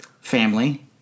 Family